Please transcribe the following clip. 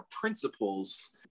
principles